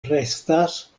restas